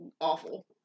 awful